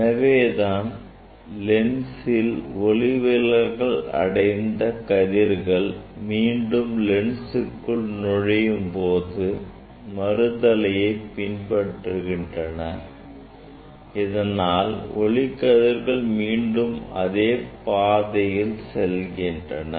எனவே தான் லென்சில் ஒளிவிலகல் அடைந்த கதிர்கள் மீண்டும் லென்சுக்குள் நுழையும்போது மறுதலையை பின்பற்றுகின்றன இதனால் ஒளிக்கதிர்கள் மீண்டும் அதே பாதையில் செல்கின்றன